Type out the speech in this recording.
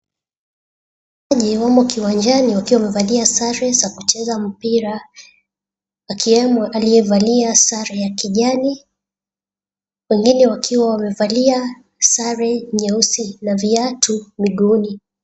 Wako humo kiwanjani wakiwa wamevalia sare za kucheza mpira akiwemo aliyevalia sare ya kijani, wengine wakiwa wamevalia sare nyeusi na viatu miguuni.